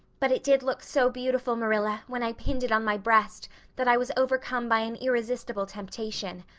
but it did look so beautiful, marilla, when i pinned it on my breast that i was overcome by an irresistible temptation.